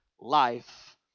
life